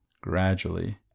gradually